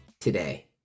today